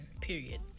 period